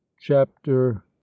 chapter